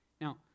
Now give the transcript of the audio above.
Now